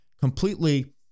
completely